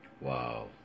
Wow